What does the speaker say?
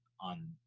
on